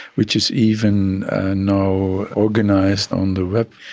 which is even now organised on the web.